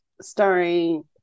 starring